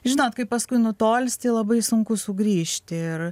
žinot kai paskui nutolsti labai sunku sugrįžt ir